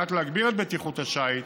על מנת להגביר את בטיחות השיט